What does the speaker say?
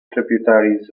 tributaries